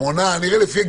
שבעה,